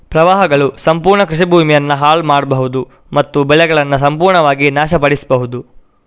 ಪ್ರವಾಹಗಳು ಸಂಪೂರ್ಣ ಕೃಷಿ ಭೂಮಿಯನ್ನ ಹಾಳು ಮಾಡ್ಬಹುದು ಮತ್ತು ಬೆಳೆಗಳನ್ನ ಸಂಪೂರ್ಣವಾಗಿ ನಾಶ ಪಡಿಸ್ಬಹುದು